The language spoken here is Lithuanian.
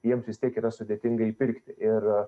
jiems vis tiek yra sudėtinga įpirkti ir